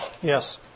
Yes